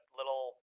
little